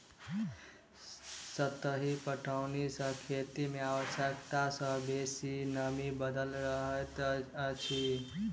सतही पटौनी सॅ खेत मे आवश्यकता सॅ बेसी नमी बनल रहैत अछि